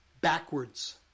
backwards